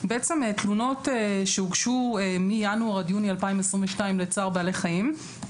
תלונות שהוגשו מינואר עד יוני 2022 לצער בעלי חיים,